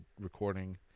recording